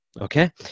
Okay